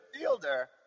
Fielder